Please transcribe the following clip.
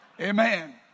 amen